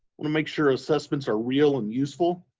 want to make sure assessments are real and useful.